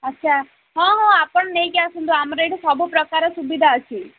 ଆଚ୍ଛା ହଁ ହଁ ଆପଣ ନେଇକି ଆସନ୍ତୁ ଆମର ଏଇଠି ସବୁପ୍ରକାରର ସୁବିଧା ଅଛି